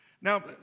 Now